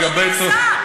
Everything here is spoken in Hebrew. תעזוב פוליטיקה.